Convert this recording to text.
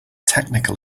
technical